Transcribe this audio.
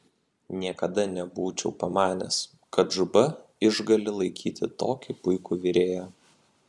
niekada nebūčiau pamanęs kad džuba išgali laikyti tokį puikų virėją